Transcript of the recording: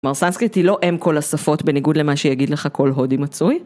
הסנסקריט היא לא אם כל השפות בניגוד למה שיגיד לך כל הודי מצוי